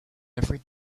every